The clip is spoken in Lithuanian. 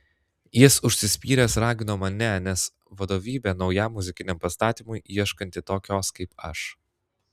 jis užsispyręs ragino mane nes vadovybė naujam muzikiniam pastatymui ieškanti tokios kaip aš